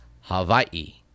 Hawaii